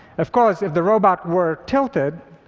of course, if the robot were tilted,